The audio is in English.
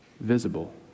visible